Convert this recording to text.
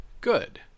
good